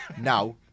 Now